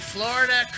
Florida